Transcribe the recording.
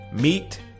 Meet